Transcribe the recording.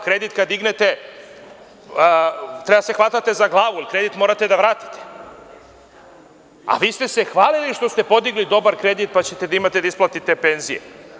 Kredit kada podignete treba da se hvatate za glavu, jer kredit morate da vratite, a vi ste se hvalili što ste podigli dobar kredit, pa ćete imati da isplatite penzije.